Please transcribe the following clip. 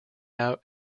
out